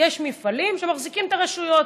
יש מפעלים שמחזיקים את הרשויות,